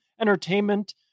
entertainment